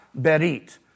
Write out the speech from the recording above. berit